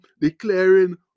declaring